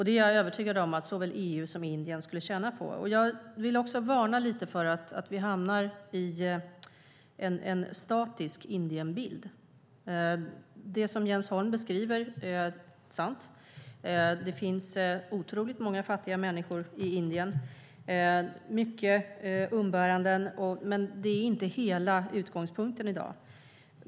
Det är jag övertygad om att såväl EU som Indien skulle tjäna på. Jag vill också varna lite för att vi hamnar i en statisk Indienbild. Det som Jens Holm beskriver är sant. Det finns otroligt många fattiga människor i Indien och mycket umbäranden, men det är inte hela utgångspunkten i dag.